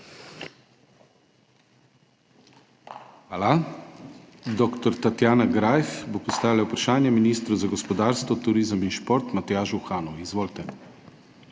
Hvala. Dr. Tatjana Greif bo postavila vprašanje ministru za gospodarstvo, turizem in šport Matjažu Hanu. Izvolite.